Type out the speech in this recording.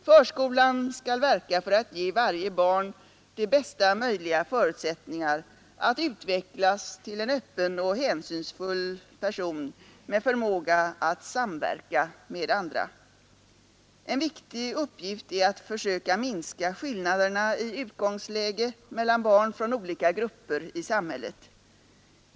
Förskolan skall verka för att ge varje barn de bästa möjliga förutsättningar att utvecklas till en öppen och hänsynsfull person med förmåga att samverka med andra. En viktig uppgift är att försöka minska skillnaderna i utgångsläge mellan barn från olika grupper i samhället.